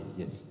yes